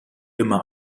immer